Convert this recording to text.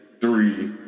Three